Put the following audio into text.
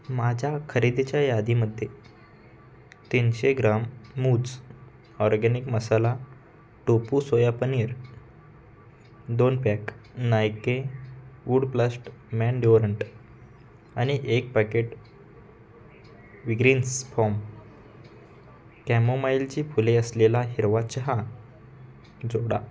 माझ्या खरेदीच्या यादीमध्ये तीनशे ग्राम मूज organic masala tofu soya paneer दोन pack Nike wood blast man deodorant आणि एक पॅकेट विग्रीन्स फोम कॅमोमाइलची फुले असलेला हिरवा चहा जोडा